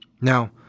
Now